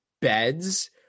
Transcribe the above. beds